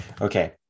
Okay